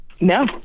no